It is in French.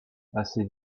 assez